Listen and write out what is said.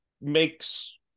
makes